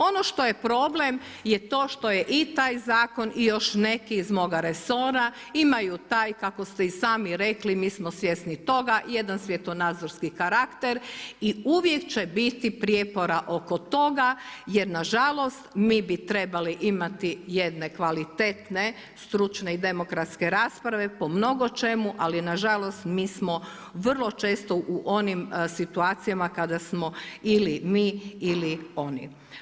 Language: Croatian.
Ono što je problem je to što je i taj zakon i još neki iz moga resora imaju taj kako ste i sami rekli, mi smo svjesni toga, jedan svjetonazorski karakter i uvijek će biti prijepora oko toga jer nažalost mi bi trebali imati jedne kvalitetne, stručne i demokratske rasprave po mnogo čemu ali nažalost mi smo vrlo često u onim situacijama kada smo ili mi ili oni.